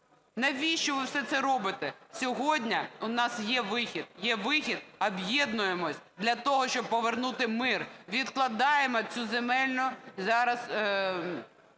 Навіщо ви все це робите? Сьогодні у нас є вихід. Є вихід – об'єднуємось для того, щоб повернути мир. Відкладаємо це земельне зараз